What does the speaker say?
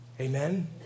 Amen